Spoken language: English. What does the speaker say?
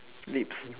sleep in